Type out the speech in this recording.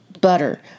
Butter